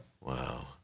Wow